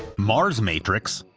mars matrix,